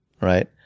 right